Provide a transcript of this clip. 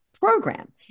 program